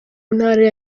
intara